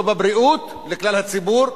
לא בבריאות לכלל הציבור,